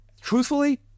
Truthfully